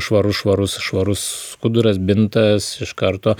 švarus švarus švarus skuduras bintas iš karto